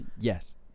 yes